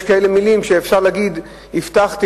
יש כאלה מלים שאפשר להגיד: הבטחתי,